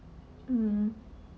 hmm